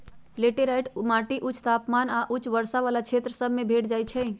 laterite माटि उच्च तापमान आऽ उच्च वर्षा वला क्षेत्र सभ में भेंट जाइ छै